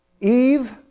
Eve